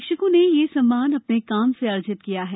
शिक्षकों को ने यह सम्मान अपने काम से अर्जित किया है